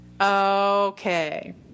Okay